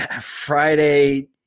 Friday